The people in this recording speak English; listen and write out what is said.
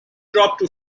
dropped